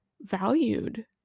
valued